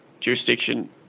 jurisdiction